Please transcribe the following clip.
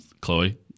Chloe